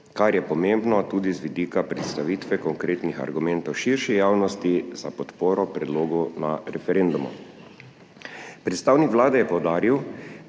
kar je pomembno tudi z vidika predstavitve konkretnih argumentov širši javnosti za podporo predlogu na referendumu. Predstavnik Vlade je poudaril,